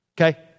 Okay